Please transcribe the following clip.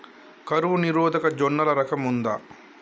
కరువు నిరోధక జొన్నల రకం ఉందా?